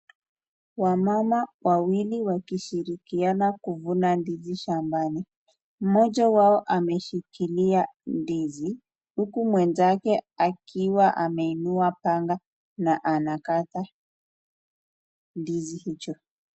Wamama wawili wakishirikiana kuvuna ndizi shambani. Mmoja wao ameshikilia ndizi uku mwenzake akiwa ameinua panga na anakata ndizi hicho.